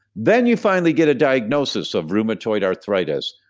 then, you finally get a diagnosis of rheumatoid arthritis,